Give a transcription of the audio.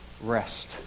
rest